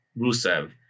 Rusev